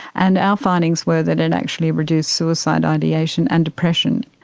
and our findings were that it actually reduced suicide ideation and depression.